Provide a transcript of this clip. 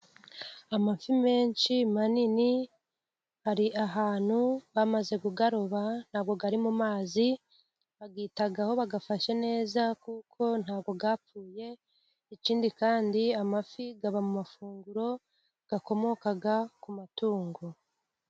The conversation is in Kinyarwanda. Amafi menshi manini ari ahantu bamaze kuyaroba ntabwo ari mu mazi. Bayitaho, bayafashe neza kuko ntabwo yapfuye. Ikindi kandi amafi aba mu mafunguro akomoka ku matungo.